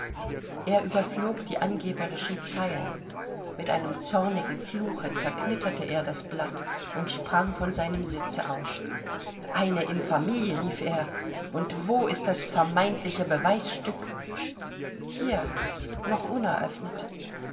er überflog die angeberischen zeilen mit einem zornigen fluche zerknitterte er das blatt und sprang von seinem sitze auf eine infamie rief er und wo ist das vermeintliche beweisstück hier noch